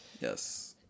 yes